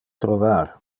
trovar